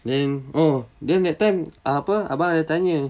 then oh then that time apa abang ada tanya